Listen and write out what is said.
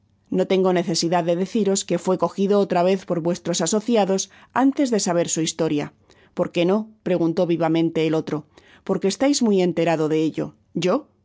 no tengo necesidad de deciros que fué cojido otra vez por vuestros asociados arttes de saber su historia porqué no preguntó vivamente el otro porque estais muy enterado de ello yo